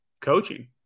coaching